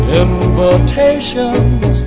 invitations